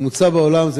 הממוצע בעולם,